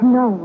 no